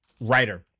writer